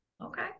Okay